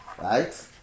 right